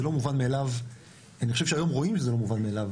זה לא מובן מאליו ואני חושב שהיום רואים שזה לא מובן מאליו,